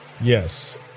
Yes